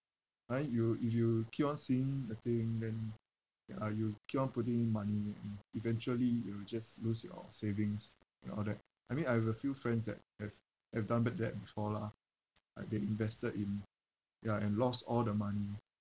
but then you if you keep on seeing the thing then uh you keep on putting money e~ eventually you'll just lose your savings and all that I mean I have a few friends that have have done back that before lah like they invested in ya and lost all the money